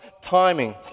timing